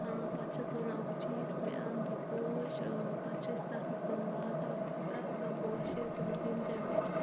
ٲں پتہٕ چھَس بہٕ ونان اوٚبجیس مےٚ ان تہٕ یہِ پوش إں پتہٕ چھِ أسۍ تتھ منٚز تِم لاگان بہِ چھس پرٮ۪تھ کانٛہہ پوش ییٚلہِ تہِ بہٕ کُنہِ جایہِ وُچھہِ